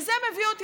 וזה מביא אותי,